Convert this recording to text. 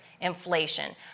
inflation